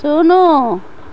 ଶୂନ